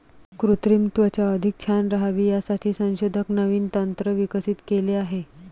कृत्रिम त्वचा अधिक छान राहावी यासाठी संशोधक नवीन तंत्र विकसित केले आहे